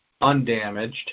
undamaged